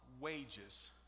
wages